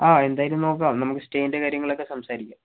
ആ എന്തായാലും നോക്കാം നമുക്ക് സ്റ്റേയിൻ്റെ കാര്യങ്ങളൊക്കെ സംസാരിക്കാം